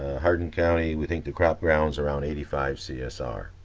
hardin county, we think the crop grounds around eighty five csr,